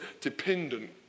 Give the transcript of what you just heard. dependent